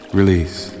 release